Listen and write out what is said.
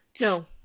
no